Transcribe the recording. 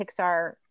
Pixar